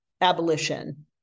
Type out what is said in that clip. abolition